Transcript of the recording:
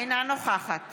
אינה נוכחת